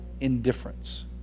indifference